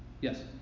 Yes